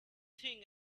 think